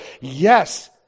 yes